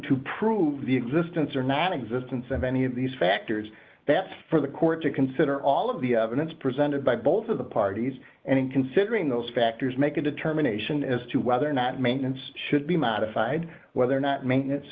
to prove the existence or nonexistence of any of these factors that's for the court to consider all of the evidence presented by both of the parties and considering those factors make a determination as to whether or not maintenance should be modified whether or not maintenance